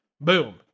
Boom